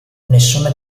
nessuna